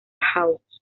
hawks